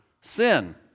sin